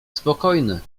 spokojny